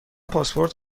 پاسپورت